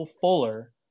Fuller